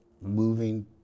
moving